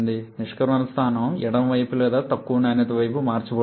నిష్క్రమణ స్థానం ఎడమ వైపుకు లేదా తక్కువ నాణ్యత వైపుకు మార్చబడుతోంది